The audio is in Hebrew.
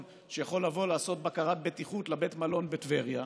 שיכול לעשות בקרת בטיחות לבית המלון בטבריה.